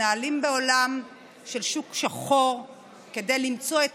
מתנהלים בעולם של שוק שחור כדי למצוא את